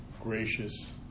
gracious